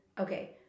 Okay